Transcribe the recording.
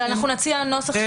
אבל אנחנו נציע נוסח.